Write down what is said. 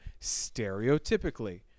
Stereotypically